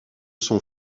son